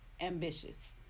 ambitious